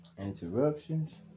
Interruptions